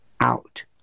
out